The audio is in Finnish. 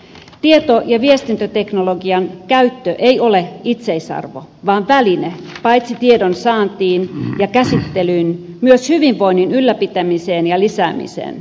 tieto ja viestintäteknologian käyttö ei ole itseisarvo vaan väline paitsi tiedon saantiin ja käsittelyyn myös hyvinvoinnin ylläpitämiseen ja lisäämiseen